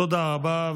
תודה רבה.